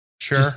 Sure